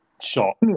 shot